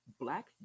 black